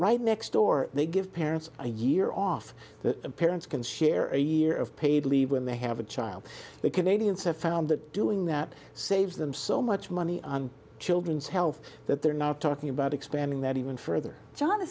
right next door they give parents a year off parents can share a year of paid leave when they have a child the canadians have found that doing that saves them so much money on children's health that they're not talking about expanding that even further john